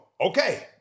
Okay